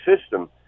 system